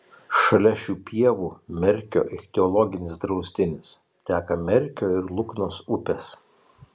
šalia šių pievų merkio ichtiologinis draustinis teka merkio ir luknos upės